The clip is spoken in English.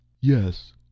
Yes